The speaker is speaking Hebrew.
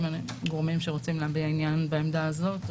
גורמים שרוצים להביע עניין לגבי העמדה הזאת?